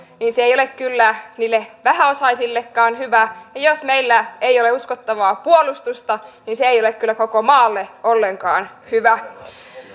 niin se ei ole kyllä niille vähäosaisillekaan hyvä ja jos meillä ei ole uskottavaa puolustusta niin se ei ole kyllä koko maalle ollenkaan hyvä